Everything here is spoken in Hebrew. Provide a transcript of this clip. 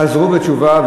חזרו בתשובה.